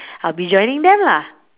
I'll be joining them lah